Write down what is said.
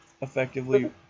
effectively